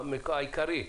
העיקרי,